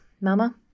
mama